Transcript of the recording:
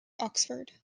oxford